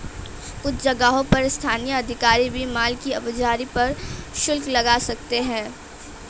कुछ जगहों पर स्थानीय अधिकारी भी माल की आवाजाही पर शुल्क लगा सकते हैं